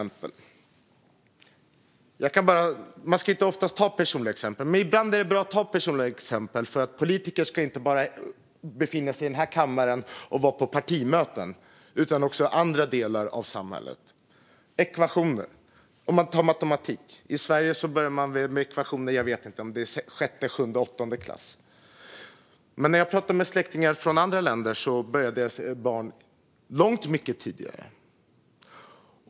Man ska oftast inte ta personliga exempel, men ibland är det bra att göra det. Politiker ska inte bara befinna sig i den här kammaren och på partimöten utan också i andra delar av samhället. Jag kan ta ekvationer som exempel. I Sverige börjar man med ekvationer i matematiken i sjätte, sjunde eller åttonde klass - jag vet inte riktigt. Men när jag pratar med släktingar från andra länder får jag höra att deras barn börjar med det långt mycket tidigare.